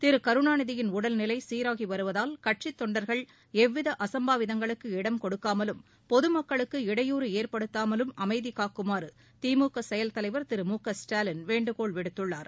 திருகருணாநிதியின் உடல்நிலைசீராகிவருவதால் கட்சித் தொண்டர்கள் எவ்விதஅசம்பாவிதங்களுக்கு இடம் கொடுக்காமலும் பொதுமக்களுக்கு இடையூறு ஏற்படுத்தாமலும் அமைதிகாக்குமாறுதிமுக செயல் தலைவர் திரு மு க ஸ்டாலின் வேண்டுகோள் விடுத்துள்ளார்